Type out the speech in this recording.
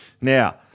Now